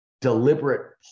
Deliberate